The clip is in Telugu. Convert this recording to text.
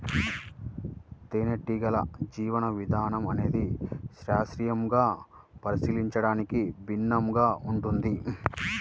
తేనెటీగల జీవన విధానం అనేది శాస్త్రీయంగా పరిశీలించడానికి విభిన్నంగా ఉంటుంది